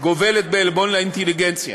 גובלת בעלבון לאינטליגנציה.